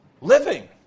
living